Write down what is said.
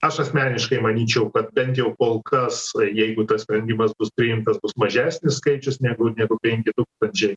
aš asmeniškai manyčiau kad bent jau kol kas jeigu tas sprendimas bus priimtas bus mažesnis skaičius negu negu penki tūkstančiai